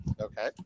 Okay